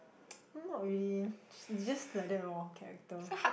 not really they just just like that lor character